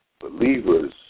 believers